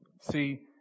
See